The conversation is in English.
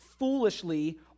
foolishly